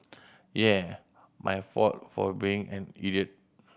yeah my fault for being an idiot